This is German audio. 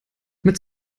mit